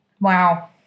Wow